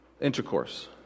intercourse